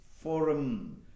forum